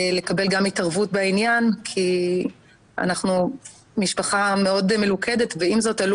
לקבל גם התערבות בעניין כי אנחנו משפחה מאוד מלוכדת ועם זאת עלו